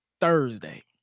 Thursday